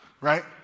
right